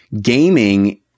gaming